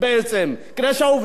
כדי שהעובדים יעבדו,